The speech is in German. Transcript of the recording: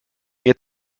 mir